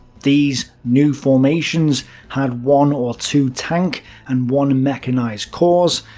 these new formations had one or two tank and one mechanized corps,